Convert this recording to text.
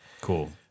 Cool